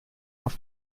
auf